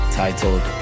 titled